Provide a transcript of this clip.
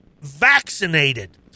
vaccinated